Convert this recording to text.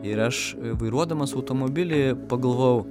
ir aš vairuodamas automobilį pagalvojau